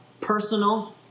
personal